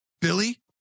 Billy